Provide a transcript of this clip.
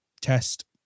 test